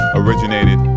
originated